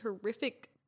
horrific